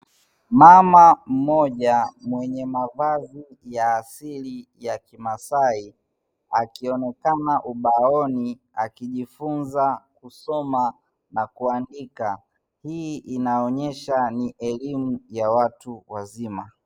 Mama mmoja mwenye mavazi ya asili ya kimasaai, akionekana ubaoni akijifunza kusoma na kuandika; hii inaonesha ni elimu yake watu wazima.